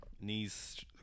knees